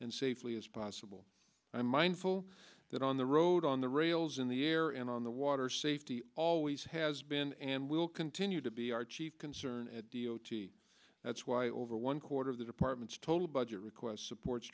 and safely as possible i'm mindful that on the road on the rails in the air and on the water safety always has been and will continue to be our chief concern at d o t that's why over one quarter of the department's total budget request supports